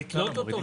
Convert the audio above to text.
לתלות אותו?